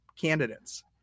candidates